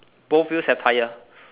both wheels have tyre